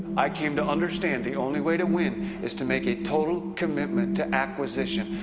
i came to understand the only way to win is to make a total commitment to acquisition.